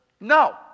No